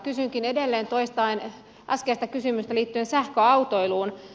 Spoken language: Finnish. kysynkin edelleen toistaen äskeistä kysymystä liittyen sähköautoiluun